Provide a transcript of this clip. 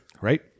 Right